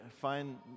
find